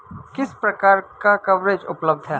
किस प्रकार का कवरेज उपलब्ध है?